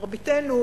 מרביתנו,